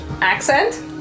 accent